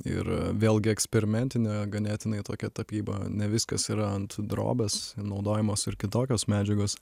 ir vėlgi eksperimentine ganėtinai tokia tapyba ne viskas yra ant drobės naudojamos ar kitokios medžiagos